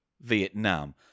vietnam